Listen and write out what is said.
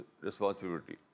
responsibility